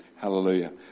Hallelujah